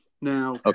Now